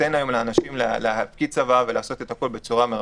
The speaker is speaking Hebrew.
נותן היום לכתוב צוואה ולעשות את הכול מרחוק.